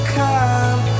come